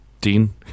Dean